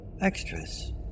extras